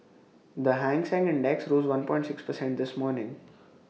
the hang Seng index rose one point six precent this morning